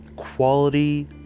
quality